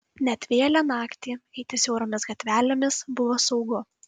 net vėlią naktį eiti siauromis gatvelėmis buvo saugu